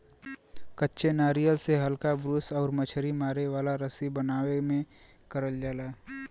कच्चे नारियल से हल्का ब्रूस आउर मछरी मारे वाला रस्सी बनावे में करल जाला